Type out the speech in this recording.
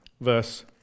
Verse